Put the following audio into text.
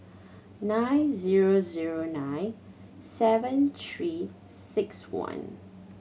nine zero zero nine seven Three Six One